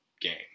game